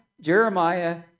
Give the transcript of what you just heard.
Jeremiah